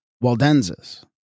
Waldenses